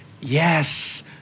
Yes